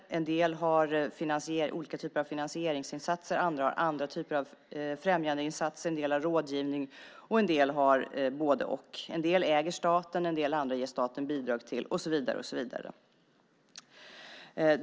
En del handlar om olika typer av finansieringsinsatser. Andra handlar om andra typer av främjandeinsatser. En del har rådgivning. En del har både-och. Staten äger en del. Staten ger bidrag till en del andra och så vidare.